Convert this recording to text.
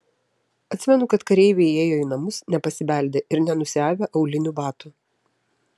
atsimenu kad kareiviai įėjo į namus nepasibeldę ir nenusiavę aulinių batų